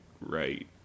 right